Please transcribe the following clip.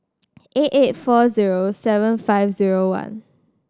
eight eight four zero seven five zero one